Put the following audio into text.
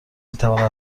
میتواند